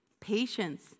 patience